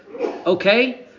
Okay